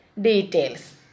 details